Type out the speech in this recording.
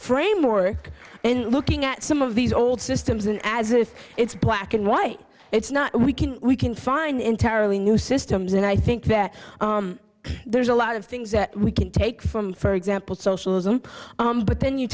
framework and looking at some of these old systems and as if it's black and white it's not we can we can find entirely new systems and i think that there's a lot of things that we can take from for example socialism but then you